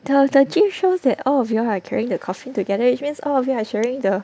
the GIF shows that all of you are carrying the coffin together which means all of you are sharing the